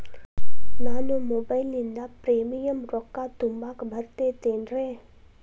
ನಾನು ಮೊಬೈಲಿನಿಂದ್ ಪ್ರೇಮಿಯಂ ರೊಕ್ಕಾ ತುಂಬಾಕ್ ಬರತೈತೇನ್ರೇ?